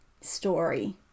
story